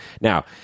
Now